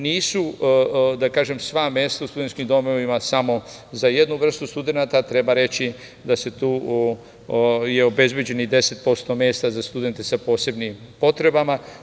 Nisu sva mesta u studentskim domovima samo za jednu vrstu studenata, treba reći da se tu obezbeđeni 10% mesta za studente sa posebnim potrebama.